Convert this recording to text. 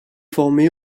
formée